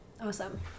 Awesome